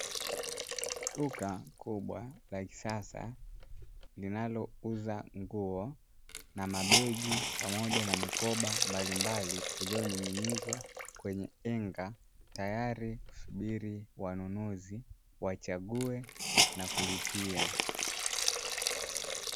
Duka kubwa la kisasa linalouza nguo na mabegi pamoja na mikoba mbalimbali, ilioning'inizwa kwenye enga tayari kusubiri wanunuzi wachague na kulipia.